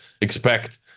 expect